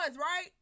right